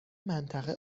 منطقه